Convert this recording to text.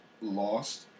lost